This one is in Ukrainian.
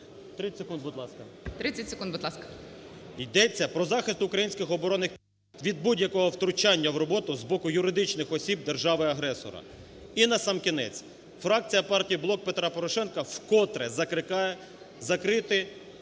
30 секунд, будь ласка. ГЕРАСИМОВ А.В. Йдеться про захист українських оборонних… від будь-якого втручання в роботу з боку юридичних осіб держави-агресора. І насамкінець, фракція партії "Блок Петра Порошенка" вкотре закликає закрити